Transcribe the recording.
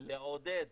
לעודד